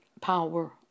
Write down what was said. power